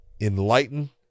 enlighten